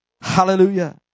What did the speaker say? Hallelujah